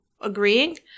agreeing